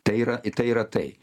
tai yra i tai yra tai